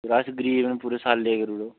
अस गरीब न पूरे सालै दी करी ओड़ो